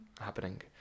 happening